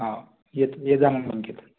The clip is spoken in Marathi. हो येत येजा मग बँकेत